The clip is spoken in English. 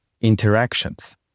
interactions